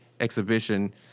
exhibition